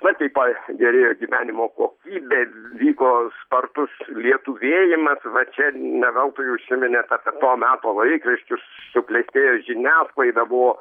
na tai pa gerėjo gyvenimo kokybė vyko spartus lietuvėjimas va čia ne veltui užsiminėt apie to meto laikraščius suklestėjo žiniasklaida buvo